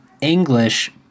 English